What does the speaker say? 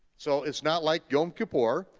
so it's not like yom kippur,